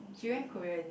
she Korea is it